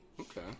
okay